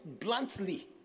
bluntly